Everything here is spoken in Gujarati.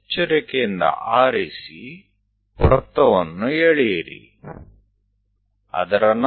ત્યારબાદ આપણને આ વહેંચવાની જરૂર પડશે